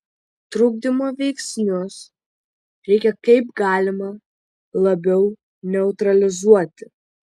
trukdymo veiksnius reikia kaip galima labiau neutralizuoti